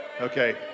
Okay